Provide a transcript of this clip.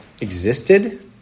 existed